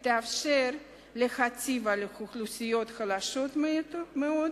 יאפשר להטיב עם אוכלוסייה חלשה מאוד,